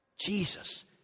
Jesus